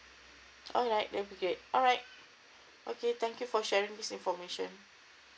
alright okay alright okay thank you for sharing this information